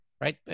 Right